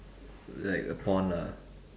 like a pond ah